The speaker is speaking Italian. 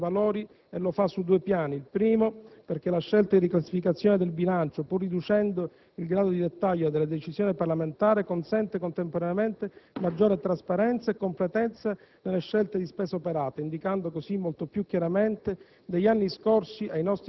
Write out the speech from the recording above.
tanto caro al partito dell'Italia dei Valori - intervenendo su due piani. Anzitutto, perché la scelta di riclassificazione del bilancio, pur riducendo il grado di dettaglio della decisione parlamentare, consente contemporaneamente maggiore trasparenza e completezza nelle scelte di spesa operate, indicando così ai nostri cittadini,